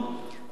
כידוע לך,